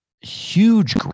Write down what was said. huge